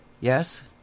Yes